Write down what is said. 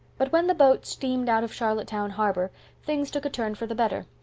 but when the boat steamed out of charlottetown harbor things took a turn for the better.